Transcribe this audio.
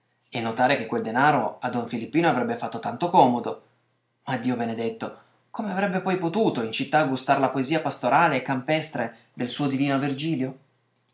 e notare che quel denaro a don filippino avrebbe fatto tanto comodo ma dio benedetto come avrebbe poi potuto in città gustar la poesia pastorale e campestre del suo divino virgilio